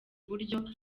uburyo